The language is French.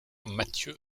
mathieu